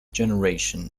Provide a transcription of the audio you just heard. generation